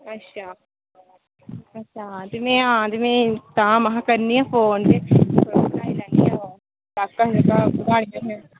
अच्छा अच्छा ते में हां ते में तां महां करनियां फोन ते बनाई लैन्नियां ओह् फराकां शराकां